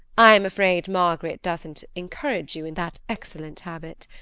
i am afraid margaret doesn't encourage you in that excellent habit.